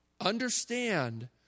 Understand